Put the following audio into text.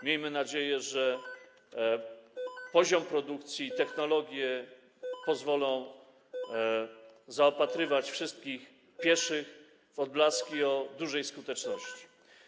Miejmy nadzieję, że poziom produkcji i technologie pozwolą zaopatrywać wszystkich pieszych w odblaski o dużej skuteczności.